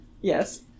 Yes